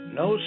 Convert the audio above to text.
no